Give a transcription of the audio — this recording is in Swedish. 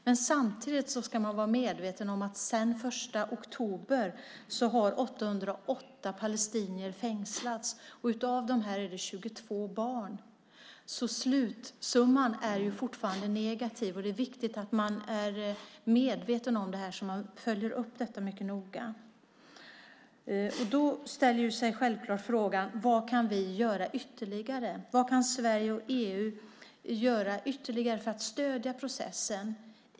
Men samtidigt ska man vara medveten om att sedan den 1 oktober har 808 palestinier fängslats. Av dem är 22 barn. Så slutsumman är fortfarande negativ. Det är viktigt att man är medveten om det här så man följer upp det noga. Då inställer sig självklart frågan: Vad kan vi göra ytterligare - vad kan Sverige och EU göra ytterligare för att stödja processen?